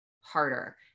harder